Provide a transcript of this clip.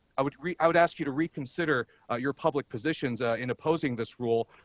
i would agree. i would ask you to reconsider your public positions in opposing this rule,